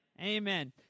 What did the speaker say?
amen